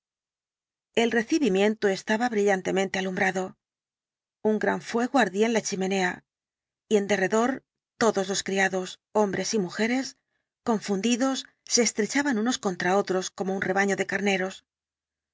el recibimiento estaba brillantemente alumbrado un gran fuego ardía en la chimenea y en derredor todos los criados hombres y mujeres confundidos se estrechaban unos contra otros como un rebaño de carneros